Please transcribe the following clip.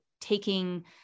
taking